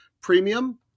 premium